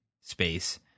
space